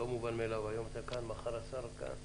זה לא מובן מאליו, היום אתה כאן ומחר השר כאן.